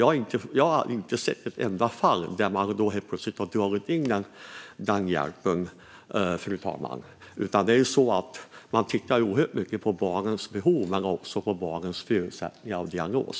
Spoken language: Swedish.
Jag har inte sett ett enda fall där man helt plötsligt har dragit in deras hjälp. Man tittar oerhört mycket på barnens behov men också på barnens förutsättningar och diagnos.